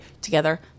together